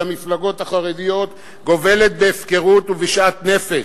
המפלגות החרדיות גובלת בהפקרות ובשאט נפש.